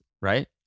right